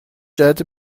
جهت